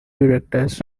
directors